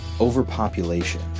overpopulation